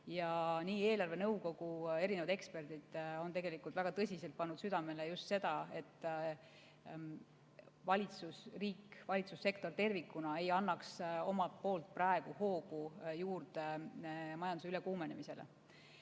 on. Eelarvenõukogu eksperdid on tegelikult väga tõsiselt pannud südamele just seda, et valitsus, riik, valitsussektor tervikuna ei annaks omalt poolt majanduse ülekuumenemisele